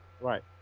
Right